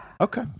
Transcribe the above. Okay